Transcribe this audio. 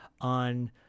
on